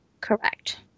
Correct